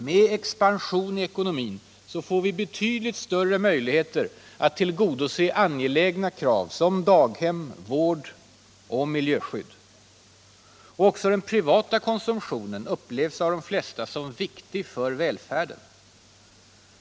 Med expansion i ekonomin får vi betydligt större möjligheter att tillgodose angelägna krav som daghem, vård och miljöskydd. Också den privata konsumtionen upplevs av de flesta som viktig för välfärden.